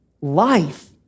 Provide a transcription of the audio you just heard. life